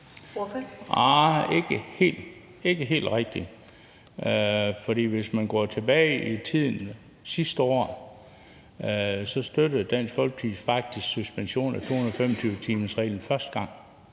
Arh, ikke helt rigtigt. For hvis man går tilbage i tiden til sidste år, støttede Dansk Folkeparti faktisk suspensionen af 225-timersreglen første gang.